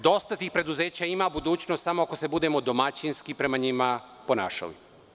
Dosta tih preduzeća ima budućnost samo ako se budemo domaćinski prema njima ponašali.